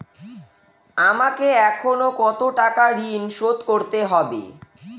আমাকে এখনো কত টাকা ঋণ শোধ করতে হবে?